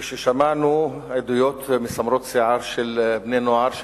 כששמענו עדויות מסמרות שיער של בני-נוער,